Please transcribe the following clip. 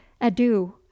Adieu